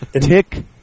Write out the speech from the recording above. Tick